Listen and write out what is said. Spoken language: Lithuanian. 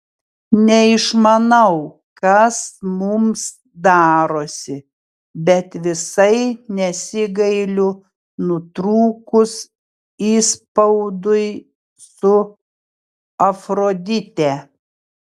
neišmanau kas mums darosi bet visai nesigailiu nutrūkus įspaudui su afrodite